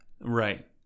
right